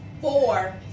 four